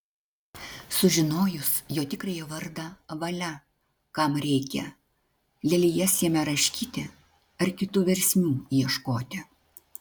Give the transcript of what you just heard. sužinojus jo tikrąjį vardą valia kam reikia lelijas jame raškyti ar kitų versmių ieškoti